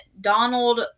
Donald